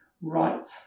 right